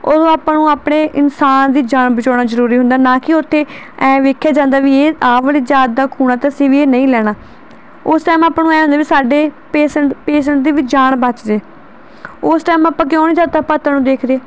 ਉਦੋਂ ਆਪਾਂ ਨੂੰ ਆਪਣੇ ਇਨਸਾਨ ਦੀ ਜਾਨ ਬਚਾਉਣਾ ਜ਼ਰੂਰੀ ਹੁੰਦਾ ਨਾ ਕਿ ਉੱਥੇ ਐਂ ਵੇਖਿਆ ਜਾਂਦਾ ਵੀ ਇਹ ਆਹ ਵਾਲੀ ਜਾਤ ਦਾ ਖੂਨ ਆ ਅਤੇ ਅਸੀਂ ਵੀ ਇਹ ਨਹੀਂ ਲੈਣਾ ਉਸ ਟਾਈਮ ਆਪਾਂ ਨੂੰ ਐਂ ਹੁੰਦਾ ਵੀ ਸਾਡੇ ਪੇਸ਼ੈਂਟ ਪੇਸ਼ੈਂਟ ਦੀ ਵੀ ਜਾਣ ਬਚ ਜੇ ਉਸ ਟਾਈਮ ਆਪਾਂ ਕਿਉਂ ਨਹੀਂ ਜਾਤਾਂ ਪਾਤਾਂ ਨੂੰ ਦੇਖਦੇ